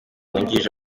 wungirije